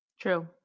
True